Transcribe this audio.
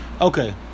Okay